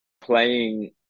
playing